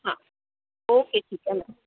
हा ओके ठीक आहे मॅम